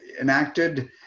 enacted